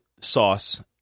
sauce